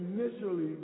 initially